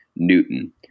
Newton